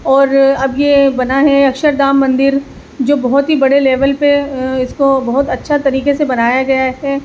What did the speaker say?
اور اب یہ بنا ہے اکشر دھام مندر جو بہت ہی بڑے لیول پہ اس کو بہت اچھا طریقے سے بنایا گیا ہے